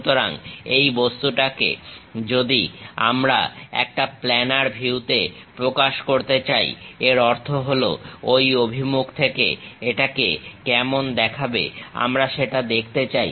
সুতরাং এই বস্তুটাকে যদি আমরা একটা প্ল্যানার ভিউতে প্রকাশ করতে চাই এর অর্থ হলো ঐ অভিমুখ থেকে এটাকে কেমন দেখাবে আমরা সেটা দেখতে চাই